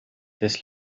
des